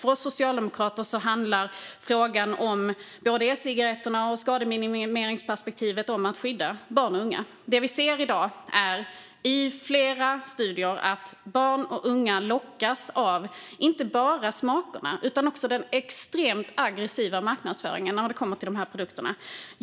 För oss socialdemokrater handlar e-cigaretterna och skademinimeringsperspektivet om att skydda barn och unga. Det vi ser i dag i flera studier är att barn och unga lockas inte bara av smakerna utan också den extremt aggressiva marknadsföringen när det kommer till de här produkterna.